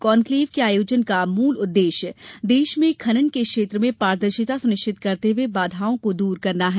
conclave के आयोजन का मूल उद्देश्य देश में खनन के क्षेत्र में पारदर्शिता सुनिश्चित करते हुए बाधाओं का निराकरण करवाना है